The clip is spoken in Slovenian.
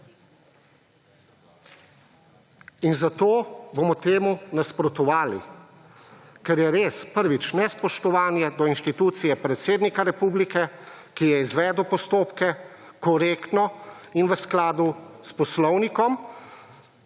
In zato bomo temu nasprotovali, ker je res: prvič, nespoštovanje do institucije predsednika Republike, ki je izvedel postopke, korektno in v skladu s poslovnikom